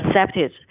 accepted